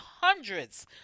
hundreds